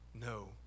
No